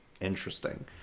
Interesting